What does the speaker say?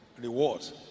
Rewards